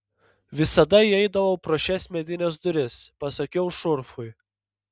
visada įeidavau pro šias medines duris pasakiau šurfui